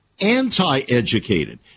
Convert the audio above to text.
anti-educated